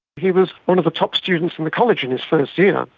he was one of the top students in the college in his first year,